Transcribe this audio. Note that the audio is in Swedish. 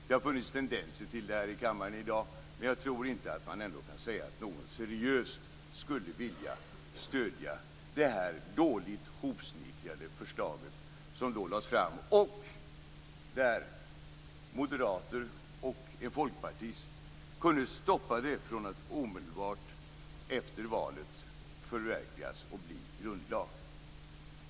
Det har funnits tendenser till det här i kammaren i dag, men jag tror inte att man kan säga att någon seriöst skulle vilja stödja det dåligt hopsnickrade förslaget som lades fram då. Moderaterna och en folkpartist kunde stoppa det från att omedelbart efter valet förverkligas och bli grundlag.